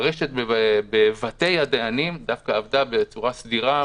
הרשת בבתי הדיינים דווקא עבדה בצורה סדירה.